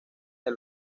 del